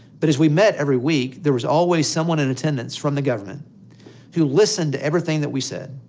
but as we met every week, there was always someone in attendance from the government who listened to everything that we said.